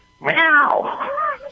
Meow